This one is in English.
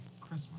Christmas